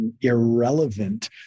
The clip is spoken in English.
irrelevant